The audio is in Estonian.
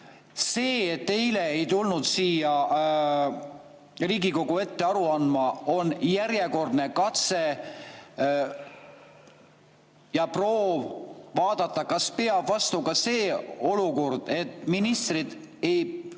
See, et eile ei tulnud siia Riigikogu ette [ministrid] aru andma, on järjekordne katse ja proov vaadata, kas peab vastu ka see olukord, et ministrid võivad